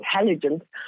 intelligence